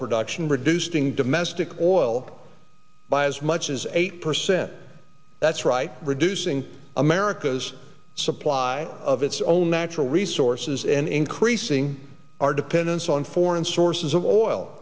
production reducing domestic oil by as much as eight percent that's right reducing america's supply of its own natural resources and increasing our dependence on foreign sources of oil